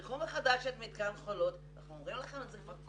תפתחו מחדש את מתקן חולות ותעבירו לשם.